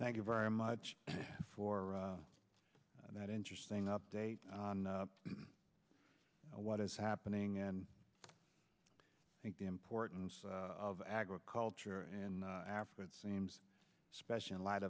thank you very much for that interesting update on what is happening and i think the importance of agriculture in africa seems especially in light